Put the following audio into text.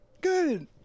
Good